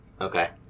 Okay